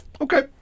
okay